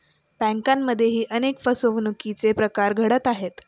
बँकांमध्येही अनेक फसवणुकीचे प्रकार घडत आहेत